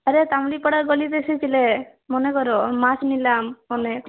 আরে তাম্লি পাড়ার গলিতে এসেছিলে মনে করো মাছ নিলাম অনেক